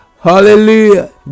hallelujah